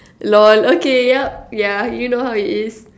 lol okay yup yeah you know how it is